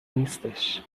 نیستش